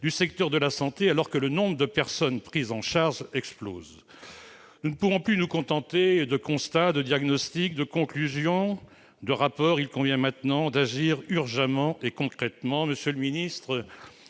du secteur de la santé, alors que le nombre de personnes prises en charge explose. Nous ne pouvons plus nous contenter de constats, de diagnostics, de conclusions, de rapports. Il convient maintenant d'agir de manière urgente et concrète. Monsieur le ministre,